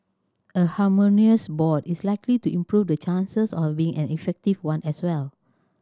a harmonious board is likely to improve the chances of it being an effective one as well